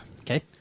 Okay